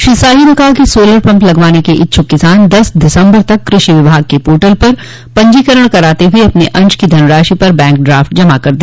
श्रो शाही ने कहा कि सोलर पम्प लगवाने के इच्छुक किसान दस दिसम्बर तक कृषि विभाग के पोर्टल पर पंजीकरण कराते हुए अपने अंश की धनराशि का बैंक ड्राफ्ट जमा कर दे